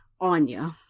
Anya